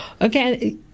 Okay